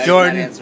Jordan